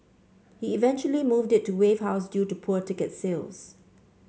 he eventually moved it to Wave House due to poor ticket sales